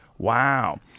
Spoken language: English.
Wow